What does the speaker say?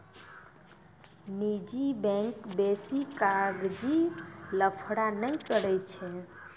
निजी बैंक बेसी कागजी लफड़ा नै करै छै